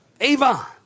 Avon